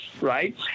right